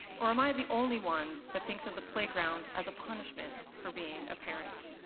or am i the only one that thinks of the playground as a punishment for being a parent?